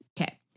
Okay